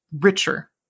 richer